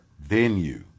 venue